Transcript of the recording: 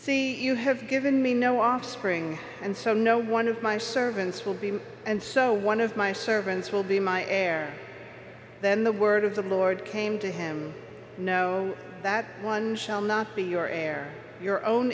see you have given me no offspring and so no one of my servants will be and so one of my servants will be my heir then the word of the lord came to him know that one shall not be your heir your own